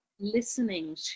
listening